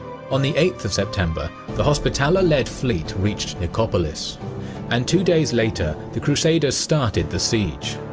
on the eighth of september, the hospitaller-led fleet reached nicopolis and two days later the crusaders started the siege.